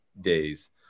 days